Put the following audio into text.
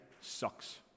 sucks